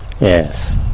Yes